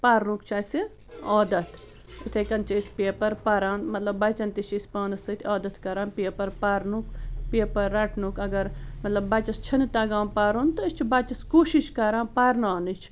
پرنُک چھُ اَسہِ عادتھ یِتھَے کٔنۍ چھِ أسۍ پیپر پَران مطلب بچن تہِ چھِ أسۍ پانس سۭتۍ عادتھ کَران پیپر پرنُک پیپر رٹنُک اگر مطلب بَچس چھِنہٕ تَگان پَرُن تہٕ أسۍ چھِ بَچس کوٗشِش کَران پرناونٕچ